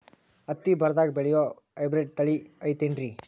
ಹತ್ತಿ ಬರದಾಗ ಬೆಳೆಯೋ ಹೈಬ್ರಿಡ್ ತಳಿ ಐತಿ ಏನ್ರಿ?